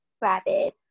rabbit